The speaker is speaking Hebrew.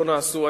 לא נעשו.